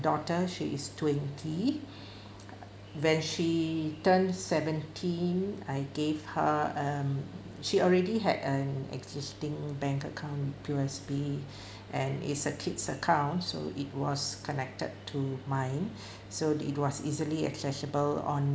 daughter she is twenty when she turned seventeen I gave her um she already had an existing bank account P_O_S_B and is a kids account so it was connected to mine so it was easily accessible on